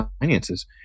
finances